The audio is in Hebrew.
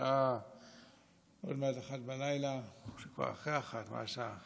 השעה עוד מעט 01:00. כבר אחרי 01:00. מה השעה?